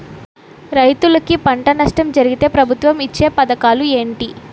రైతులుకి పంట నష్టం జరిగితే ప్రభుత్వం ఇచ్చా పథకాలు ఏంటి?